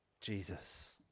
Jesus